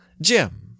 Jim